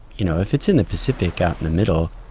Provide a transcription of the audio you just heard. you know if it's in the pacific out in the middle,